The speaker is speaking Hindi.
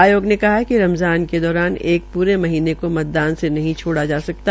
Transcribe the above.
आयोग ने कहा कि रमज़ान के दौरान के पूरे महीनें को मतदान से नहीं छोड़ा जा सकता